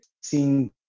seeing